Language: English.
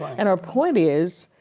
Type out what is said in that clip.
and her point is,